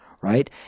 right